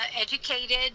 educated